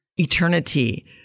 eternity